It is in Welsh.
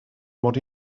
mod